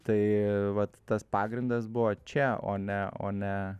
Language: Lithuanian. tai vat tas pagrindas buvo čia o ne o ne